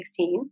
2016